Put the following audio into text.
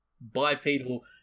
bipedal